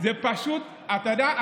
אתה יודע?